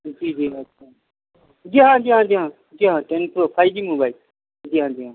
جی جی اچھا جی ہاں جی ہاں جی ہاں جی ہاں ٹین پرو فائیوجی موبائل جی ہاں جی ہاں